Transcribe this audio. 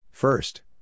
First